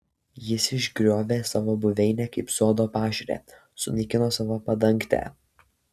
jis išgriovė savo buveinę kaip sodo pašiūrę sunaikino savo padangtę